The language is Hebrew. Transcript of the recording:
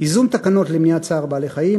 ייזום תקנות למניעת צער בעלי-חיים,